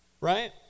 Right